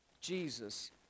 Jesus